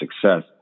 success